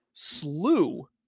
Slew